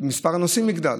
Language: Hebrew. מספר הנוסעים יגדל.